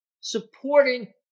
supporting